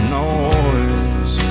noise